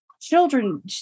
children